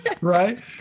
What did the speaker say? right